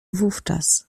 wówczas